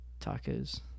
tacos